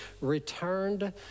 returned